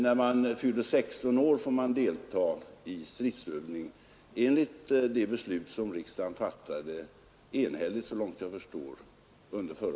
När man fyllt 16 år får man delta i stridsövning enligt det beslut som riksdagen fattade förra året — enhälligt så långt jag förstår.